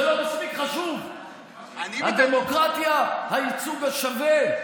זה לא מספיק חשוב, הדמוקרטיה, הייצוג השווה?